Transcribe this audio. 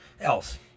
else